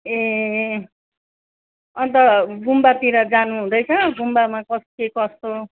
ए अन्त गुम्बातिर जानु हुँदैछ गुम्बामा कस्तो के कस्तो